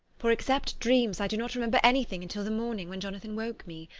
for, except dreams, i do not remember anything until the morning, when jonathan woke me.